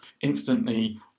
instantly